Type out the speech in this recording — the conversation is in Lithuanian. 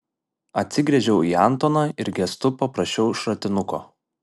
atsigręžiau į antoną ir gestu paprašiau šratinuko